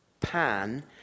pan